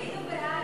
היינו בעד,